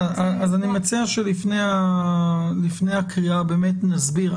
אז אני מציע שלפני הקריאה באמת נסביר.